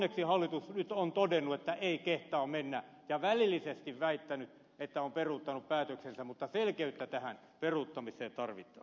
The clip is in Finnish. onneksi hallitus nyt on todennut että ei kehtaa mennä ja välillisesti väittänyt että on peruuttanut päätöksensä mutta selkeyttä tähän peruuttamiseen tarvitaan